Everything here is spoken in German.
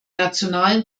nationalen